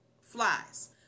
flies